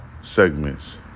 segments